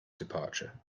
departure